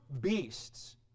beasts